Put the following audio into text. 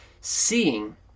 seeing